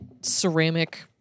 ceramic